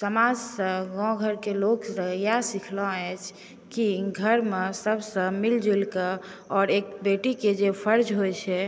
समाजसँ गाँवघरकेँ लोकसँ इएह सिखलहुँ अछि कि घरमे सबसँ मिलजुलि कऽ आओर एक बेटीकेँ जे फर्ज होइ छै